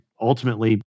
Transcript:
ultimately